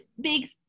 big